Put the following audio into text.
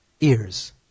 Ears